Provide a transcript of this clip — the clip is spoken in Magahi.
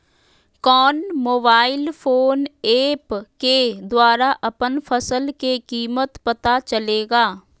कौन मोबाइल फोन ऐप के द्वारा अपन फसल के कीमत पता चलेगा?